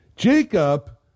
Jacob